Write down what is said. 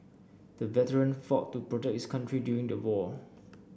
the veteran fought to protect his country during the war